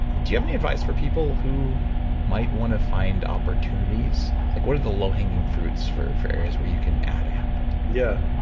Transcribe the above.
do you have any advice for people who might want to find opportunities? like what are the low-hanging fruits for for areas where you can add a habit? yeah,